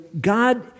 God